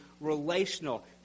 relational